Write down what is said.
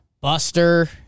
Buster